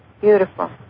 beautiful